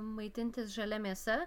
maitintis žalia mėsa